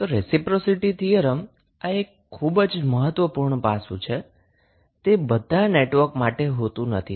તો રેસિપ્રોસિટી થીયરમની આ એક ખૂબ જ મહત્વપૂર્ણ પાસું છે કે તે બધા નેટવર્ક માટે હોતું નથી